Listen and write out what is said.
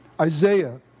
Isaiah